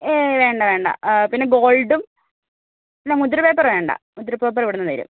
ഏയ് വേണ്ട വേണ്ട പിന്നെ ഗോൾഡും പിന്നെ മുദ്രപേപ്പർ വേണ്ട മുദ്രപേപ്പർ ഇവിടെ നിന്നു തരും